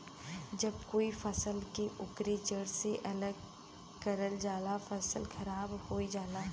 जब कोई फसल के ओकरे जड़ से अलग करल जाला फसल खराब होये लगला